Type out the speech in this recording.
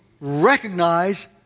recognize